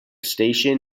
station